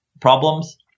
problems